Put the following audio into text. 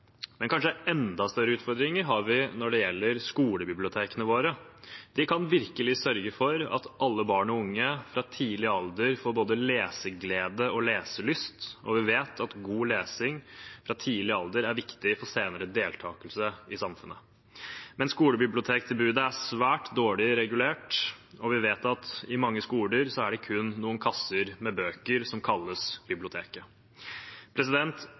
Men kanskje enda større utfordringer har vi når det gjelder skolebibliotekene. De kan virkelig sørge for at alle barn og unge fra tidlig alder får både leseglede og leselyst, og vi vet at god lesing fra tidlig alder er viktig for senere deltakelse i samfunnet. Men skolebibliotektilbudet er svært dårlig regulert, og vi vet at på mange skoler er det kun noen kasser med bøker som kalles